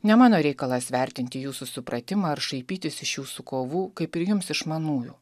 ne mano reikalas vertinti jūsų supratimą ar šaipytis iš jūsų kovų kaip ir jums iš manųjų